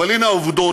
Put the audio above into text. אבל הינה העובדות,